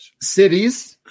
cities